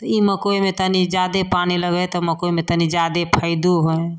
तऽ ई मकइमे तनि जादे पानि लगै हइ तऽ मकइमे तनि जादे फाइदो हइ